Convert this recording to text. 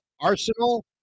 Arsenal